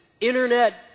internet